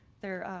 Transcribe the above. their,